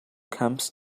camps